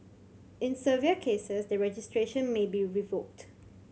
in severe cases the registration may be revoked